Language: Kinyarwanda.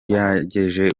yaje